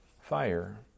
fire